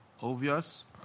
obvious